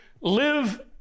live